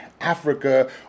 Africa